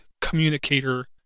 communicator